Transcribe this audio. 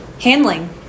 Handling